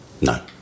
No